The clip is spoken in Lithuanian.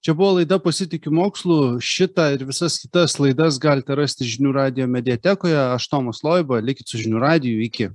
čia buvo laida pasitikiu mokslu šitą ir visas kitas laidas galite rasti žinių radijo mediatekoje aš tomas loiba likit su žinių radiju iki